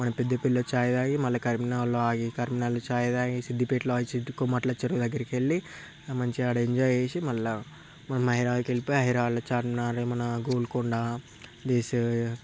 మనం పెద్దపెళ్లిలో చాయ్ తాగి మల కరీంనగర్లో ఆగి కరీంనగర్లో చాయ్ తాగి సిద్దిపేటలో ఆగి సిద్దికొమ్మాట్లో చెరువు దగ్గర కెళ్ళి మంచిగా ఆడ ఎంజాయ్ చేసి మల్ల మనం హైదరాబాద్కి వెళ్ళిపాయి హైదరాబాద్లో చార్మినార్ మన గోల్కొండ